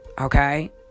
okay